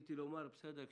רציתי לומר: בסדר,